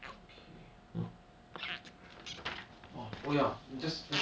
it's like if you want to kill balmond right balmond is like him himself is a cancel hero eh